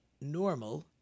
normal